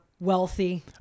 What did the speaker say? wealthy